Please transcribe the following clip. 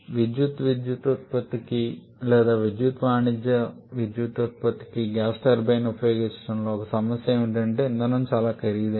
విద్యుత్ విద్యుత్ ఉత్పత్తికి లేదా విద్యుత్ వాణిజ్య విద్యుత్ ఉత్పత్తికి గ్యాస్ టర్బైన్ ఉపయోగించడంలో ఒక సమస్య ఏమిటంటే ఇంధనం చాలా ఖరీదైనది